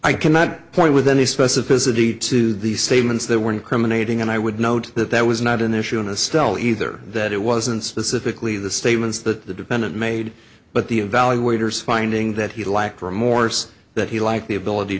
i cannot point with any specificity to these statements that were incriminating and i would note that that was not an issue in a style either that it wasn't specifically the statements that the defendant made but the evaluators finding that he lacked remorse that he liked the ability